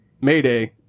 Mayday